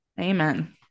Amen